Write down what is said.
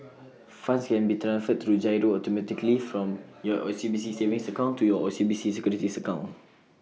funds can be transferred through GIRO automatically from your OCBC savings account to your OCBC securities account